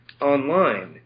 online